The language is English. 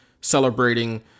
celebrating